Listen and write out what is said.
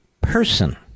person